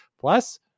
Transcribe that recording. Plus